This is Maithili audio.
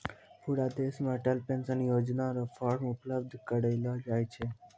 पूरा देश मे अटल पेंशन योजना र फॉर्म उपलब्ध करयलो जाय छै